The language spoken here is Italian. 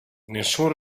nessun